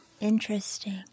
Interesting